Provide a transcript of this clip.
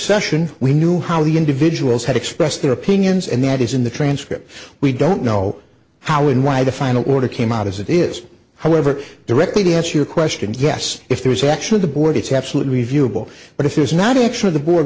session we knew how the individuals had expressed their opinions and that is in the transcript we don't know how and why the final order came out as it is however directly to answer your question yes if there is action of the board it's absolute reviewable but if there is not action of the board